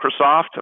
Microsoft